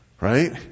right